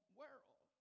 world